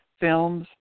films